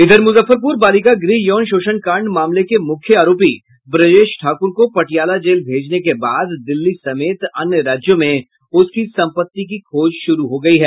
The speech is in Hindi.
इधर मुजफ्फरपुर बालिका गृह यौन शोषण कांड मामले के मुख्य आरोपी ब्रजेश ठाक्र को पटियाला जेल भेजने के बाद दिल्ली समेत अन्य राज्यों में उसकी संपत्ति की खोज शुरू हो गयी है